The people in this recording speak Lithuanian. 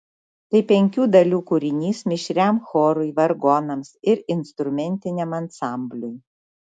tai penkių dalių kūrinys mišriam chorui vargonams ir instrumentiniam ansambliui